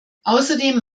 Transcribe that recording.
außerdem